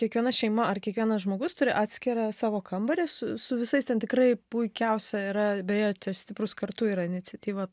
kiekviena šeima ar kiekvienas žmogus turi atskirą savo kambarį su su visais ten tikrai puikiausia yra beje stiprūs kartu yra iniciatyva